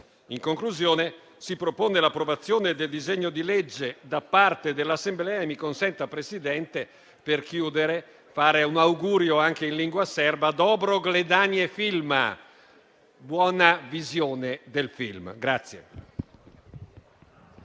In conclusione, si propone l'approvazione del disegno di legge da parte dell'Assemblea. Mi consenta, Presidente, per chiudere, di fare un augurio in lingua serba: *dobro gledanje filma*, buona visione del film.